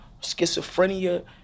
schizophrenia